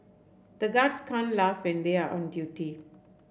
the guards can't laugh when they are on duty